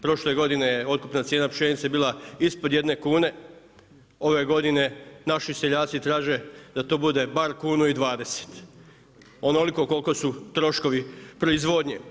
Prošle godine je otkupna cijena pšenice bila ispod jedne kune, ove godine naši seljaci traže da to bude bar kunu i 20 onoliko koliko su troškovi proizvodnje.